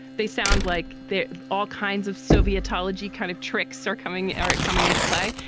they sound like they're all kinds of soviets allergy kind of trick circling, eric coming into play.